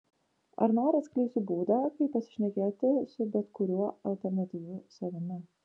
ar nori atskleisiu būdą kaip pasišnekėti su bet kuriuo alternatyviu savimi